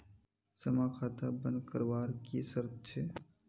जमा खाता बन करवार की शर्त छे?